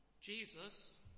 Jesus